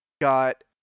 got